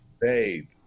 Babe